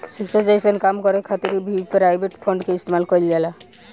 शिक्षा जइसन काम के करे खातिर भी प्राइवेट फंड के इस्तेमाल कईल जाला